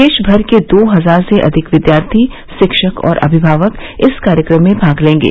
देश भर के दो हजार से अधिक विद्यार्थी शिक्षक और अभिभावक इस कार्यक्रम में भाग लेंगे